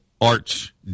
Arch